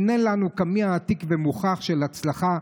הינה לנו קמע עתיק ומוכח של הצלחה,